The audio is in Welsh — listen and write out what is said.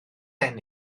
ennill